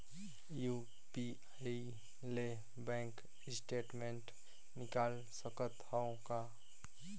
UPI ले bank statement निकाल सकत हवं का?